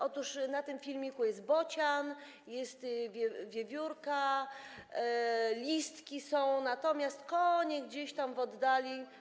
Otóż na tym filmiku jest bocian, jest wiewiórka, są listki, natomiast konie są gdzieś tam w oddali.